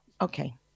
Okay